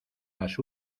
las